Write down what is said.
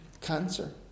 cancer